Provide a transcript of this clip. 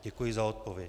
Děkuji za odpověď.